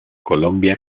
colombia